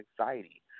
anxiety